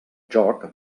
joc